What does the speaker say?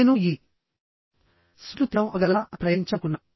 నేను ఈ స్వీట్లు తినడం ఆపగలనా అని ప్రయత్నించాలనుకున్నాను